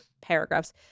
paragraphs